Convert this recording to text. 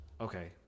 okay